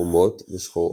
חומות ושחורות.